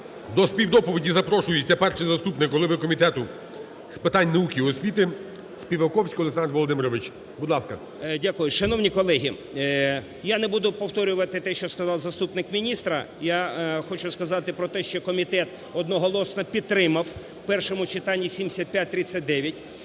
До співдоповіді запрошується перший заступник голови Комітету з питань науки і освіти Співаковський Олександр Володимирович. Будь ласка. 11:25:43 СПІВАКОВСЬКИЙ О.В. Дякую. Шановні колеги! Я не буду повторювати те, що сказав заступник міністра. Я хочу сказати про те, що комітет одноголосно підтримав в першому читанні 7539.